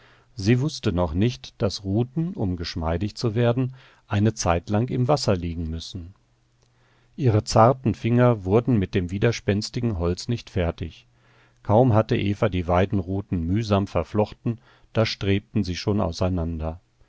sie wußte noch nicht daß ruten um geschmeidig zu werden eine zeitlang im wasser liegen müssen ihre zarten finger wurden mit dem widerspenstigen holz nicht fertig kaum hatte eva die weidenruten mühsam verflochten da strebten sie schon auseinander